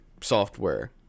software